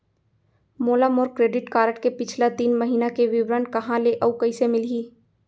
मोला मोर credit card के पिछला तीन महीना के विवरण कहाँ ले अऊ कइसे मिलही?